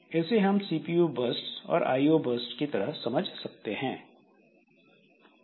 इसे हम CPU bursts और आईओ बर्स्ट्स IO bursts की तरह समझ सकते हैं